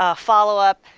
ah follow up,